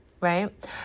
right